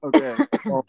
Okay